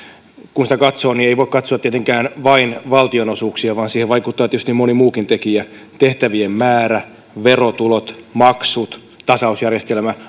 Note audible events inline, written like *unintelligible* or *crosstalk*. kun kuntatalouttakin katsoo ei voi katsoa tietenkään vain valtionosuuksia vaan siihen vaikuttaa tietysti moni muukin tekijä tehtävien määrä verotulot maksut tasausjärjestelmä *unintelligible*